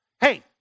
hey